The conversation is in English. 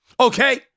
Okay